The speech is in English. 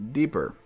deeper